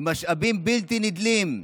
עם משאבים בלתי נדלים,